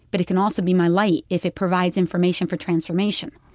but it can also be my light if it provides information for transformation.